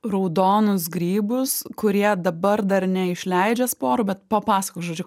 raudonus grybus kurie dabar dar neišleidžia sporų bet papasakok žodžiu